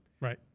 Right